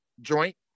joint